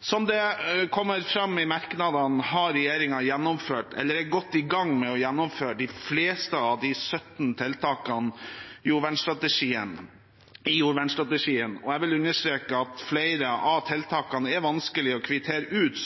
Som det kommer fram i merknadene, har regjeringen gjennomført eller er godt i gang med å gjennomføre de fleste av de 17 tiltakene i jordvernstrategien. Jeg vil understreke at flere av tiltakene er vanskelige å kvittere ut